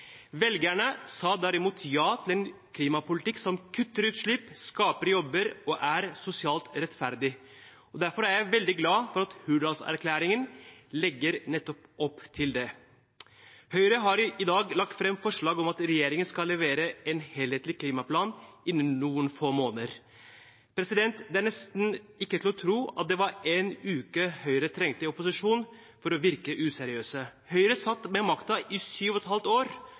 Velgerne sa derimot ja til en klimapolitikk som kutter utslipp, skaper jobber og er sosialt rettferdig, og derfor er jeg veldig glad for at Hurdalsplattformen legger opp til nettopp det. Høyre har i dag lagt fram forslag om at regjeringen skal levere en helhetlig klimaplan innen noen få måneder. Det er nesten ikke til å tro at det bare var én uke Høyre trengte i opposisjon for å virke useriøs. Høyre satt med makten i syv og et halvt år